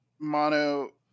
mono